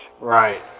Right